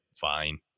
fine